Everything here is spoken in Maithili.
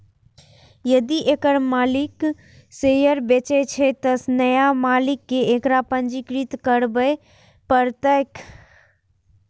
यदि एकर मालिक शेयर बेचै छै, तं नया मालिक कें एकरा पंजीकृत करबय पड़तैक